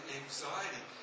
anxiety